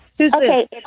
Okay